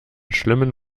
schlimmen